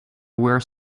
were